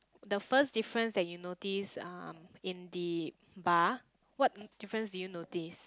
the first difference that you notice um in the bar what difference do you notice